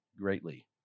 greatly